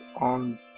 on